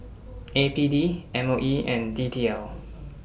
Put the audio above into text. A P D M O E and D T L